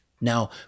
Now